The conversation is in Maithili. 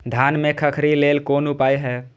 धान में खखरी लेल कोन उपाय हय?